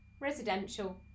residential